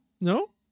No